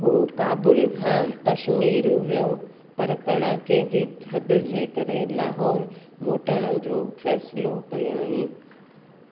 हू क़ाबुल खां कश्मीरु वियो पर कड़ाके जी थधि जे करे लाहौर मोटण जो फैसिलो कयाईं